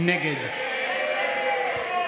נגד נגד.